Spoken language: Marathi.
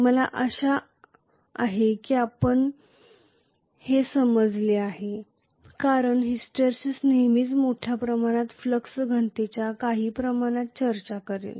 मला आशा आहे की आपणास हे समजले आहे कारण हिस्टेरिसिस नेहमीच मोठ्या प्रमाणात फ्लक्स घनतेच्या काही प्रमाणात चर्चा करेल